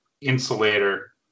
insulator